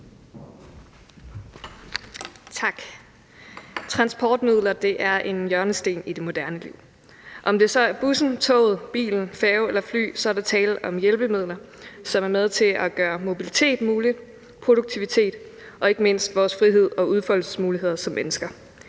Transportmidler er en hjørnesten i det moderne liv. Om det så er bussen, toget, bilen, færgen eller flyet, er der tale om hjælpemidler, som er med til at gøre mobilitet mulig i forhold til produktivitet og ikke mindst vores frihed og udfoldelsesmuligheder som mennesker.